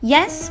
Yes